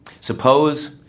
Suppose